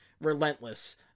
relentless